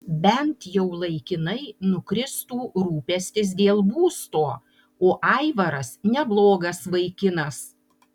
bent jau laikinai nukristų rūpestis dėl būsto o aivaras neblogas vaikinas